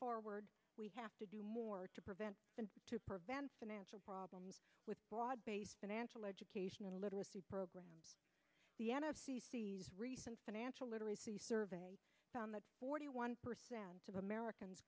forward we have to do more to prevent and to prevent financial problems with broad based financial education and literacy programs the end of recent financial literacy survey found that forty one percent of americans